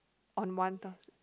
on one task